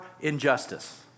injustice